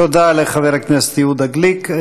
תודה לחבר הכנסת יהודה גליק.